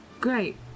Great